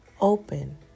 open